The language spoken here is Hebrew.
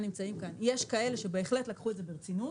יש כאלה שבהחלט לקחו את זה ברצינות,